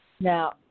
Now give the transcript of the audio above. Now